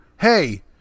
hey